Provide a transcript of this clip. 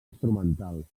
instrumental